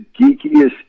geekiest